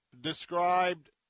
described